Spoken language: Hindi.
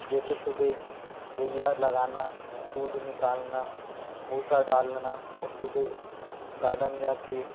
जैसे सुबह गइया लगाना दूध निकालना भूषा डालना और सुबह गार्डन जा के